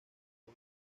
hoy